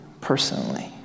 personally